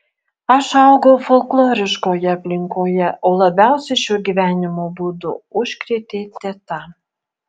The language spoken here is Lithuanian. aš augau folkloriškoje aplinkoje o labiausiai šiuo gyvenimo būdu užkrėtė teta